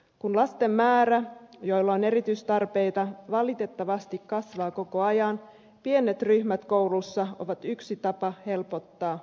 kun se määrä lapsia joilla on erityistarpeita valitettavasti kasvaa koko ajan pienet ryhmät koulussa ovat yksi tapa helpottaa opetusta